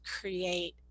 create